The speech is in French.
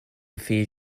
fais